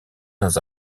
dans